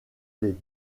les